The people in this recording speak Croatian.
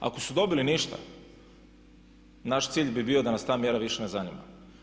Ako su dobili ništa, naš cilj bi bio da nas ta mjera više ne zanima.